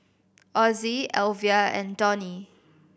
Ozzie Alvia and Donny